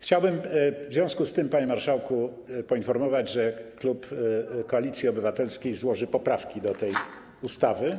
Chciałbym w związku z tym, panie marszałku, poinformować, że klub Koalicji Obywatelskiej złoży poprawki do tej ustawy.